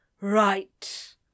Right